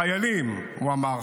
חיילים, הוא אמר.